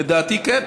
לדעתי, כן.